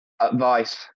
Advice